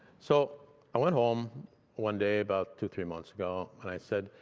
so i went home one day about two, three months ago, and i said,